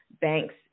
Banks